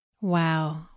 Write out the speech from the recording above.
Wow